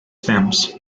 stamps